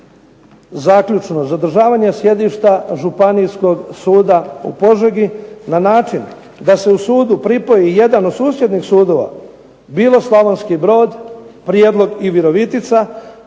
Zaključno. Zadržavanje sjedišta Županijskog suda u Požegi na način da se u sudu pripoji jedan od susjednih sudova bilo Slavonski Brod, Prijedlog i Virovitica